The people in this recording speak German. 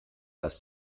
was